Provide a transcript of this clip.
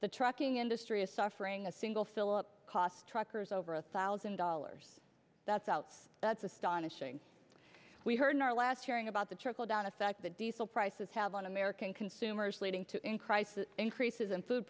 the trucking industry is suffering a single philip cost truckers over a thousand dollars that's outs that's astonishing we heard in our last hearing about the trickle down effect the diesel prices have on american consumers leading to in crisis increases and food